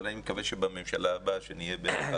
אבל אני מקווה שבממשלה הבאה שנהיה ביחד,